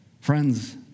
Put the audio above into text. friends